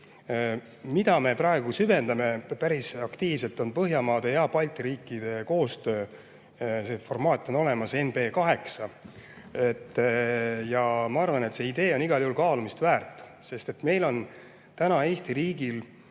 Praegu me süvendame päris aktiivselt Põhjamaade ja Balti riikide koostööd. See formaat on olemas – NB8. Ma arvan, et see idee on igal juhul kaalumist väärt, sest meil, Eesti riigil